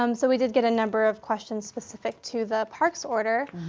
um so we did get a number of questions specific to the park's order.